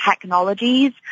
technologies